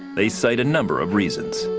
they stated a number of reasons.